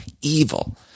evil